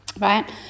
right